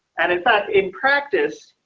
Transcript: and in fact, in practice,